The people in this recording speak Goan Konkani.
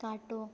कांटो